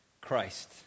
Christ